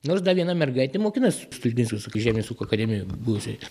nors da viena mergaitė mokinas stulginskio žemės ūkio akademijoj buvusioj